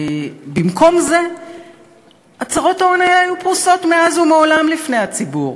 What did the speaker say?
במקום זה הצהרות ההון האלה היו פרוסות מאז ומעולם לפני הציבור